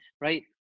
Right